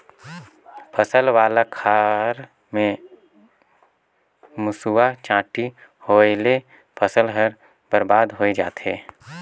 फसल वाला खार म मूसवा, चांटी होवयले फसल हर बरबाद होए जाथे